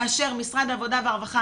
כאשר משרד העבודה והרווחה